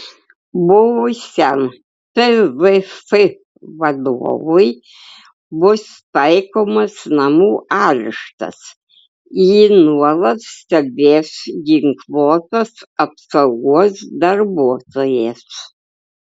buvusiam tvf vadovui bus taikomas namų areštas jį nuolat stebės ginkluotas apsaugos darbuotojas